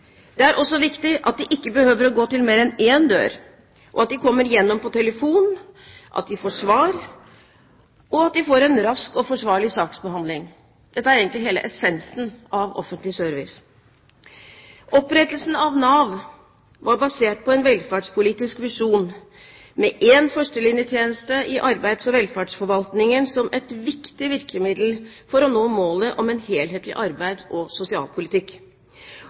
Det er også viktig at de ikke behøver å gå til mer enn én dør, at de kommer gjennom på telefon, at de får svar og at de får en rask og forsvarlig saksbehandling. Dette er egentlig hele essensen av offentlig service. Opprettelsen av Nav var basert på en velferdspolitisk visjon, med en førstelinjetjeneste i arbeids- og velferdsforvaltningen som et viktig virkemiddel for å nå målet om en helhetlig arbeids- og sosialpolitikk.